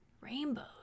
rainbows